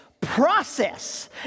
process